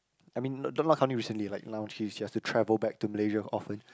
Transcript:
I mean not not counting recently like now she has she has to travel back to Malaysia often